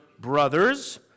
brothers